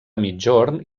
migjorn